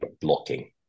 blocking